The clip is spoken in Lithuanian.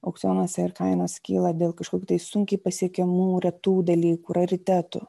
aukcionuose ir kainos kyla dėl kažkokių tai sunkiai pasiekiamų retų dalykų raritetų